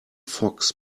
fox